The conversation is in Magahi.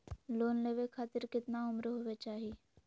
लोन लेवे खातिर केतना उम्र होवे चाही?